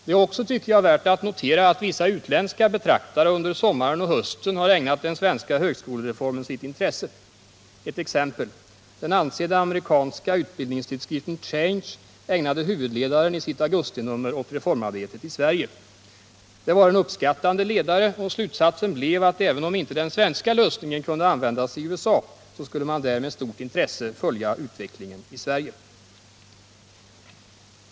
Det är också värt att notera att vissa utländska betraktare under sommaren och hösten har ägnat den svenska högskolereformen sitt intresse. Den ansedda amerikanska utbildningstidskriften Change ägnade sålunda huvudledaren i sitt augustinummer åt reformarbetet i Sverige. Det var en uppskattande ledare och slutsatsen blev att även om inte den svenska lösningen kunde användas i USA så skulle man där med stort intresse följa utvecklingen i Sverige.